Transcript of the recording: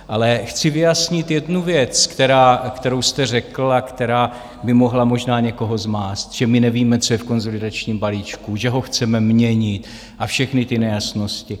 Ale chci vyjasnit jednu věc, kterou jste řekl a která by mohla možná někoho zmást, že my nevíme, co je v konsolidačním balíčku, že ho chceme měnit, a všechny ty nejasnosti.